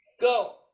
go